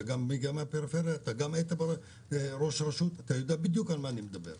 אתה גם היית ראש רשות בפריפריה ואתה יודע בדיוק על מה אני מדבר.